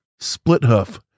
Splithoof